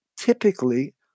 typically